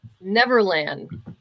Neverland